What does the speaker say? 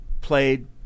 played